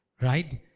right